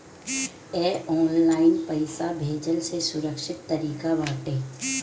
इ ऑनलाइन पईसा भेजला से सुरक्षित तरीका बाटे